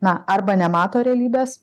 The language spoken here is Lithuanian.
na arba nemato realybės